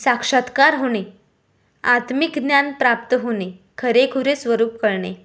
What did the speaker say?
साक्षात्कार होणे आत्मिक ज्ञान प्राप्त होणे खरेखुरे स्वरूप कळणे